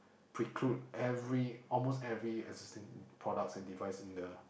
preclude like every almost every existing products and device in the